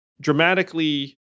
dramatically